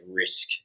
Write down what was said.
risk